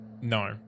No